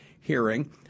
hearing